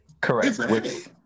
Correct